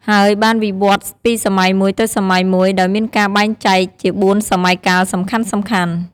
ហើយបានវិវឌ្ឍន៍ពីសម័យមួយទៅសម័យមួយ ដោយមានការបែងចែកជាបួនសម័យកាលសំខាន់ៗ។